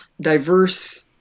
diverse